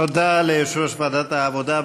תודה ליושב-ראש ועדת העבודה,